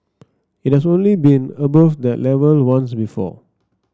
it has only been above that level once before